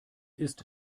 ist